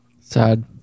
Sad